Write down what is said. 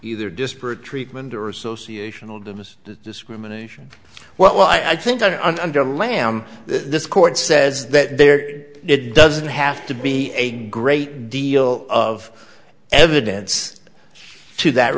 either disparate treatment or association of them is discrimination well i think on under lam this court says that there doesn't have to be a great deal of evidence to that